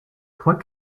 trois